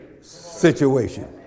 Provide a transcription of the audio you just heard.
situation